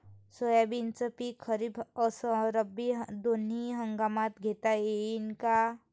सोयाबीनचं पिक खरीप अस रब्बी दोनी हंगामात घेता येईन का?